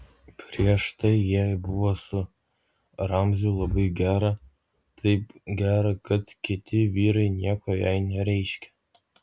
prieš tai jai buvo su ramziu labai gera taip gera kad kiti vyrai nieko jai nereiškė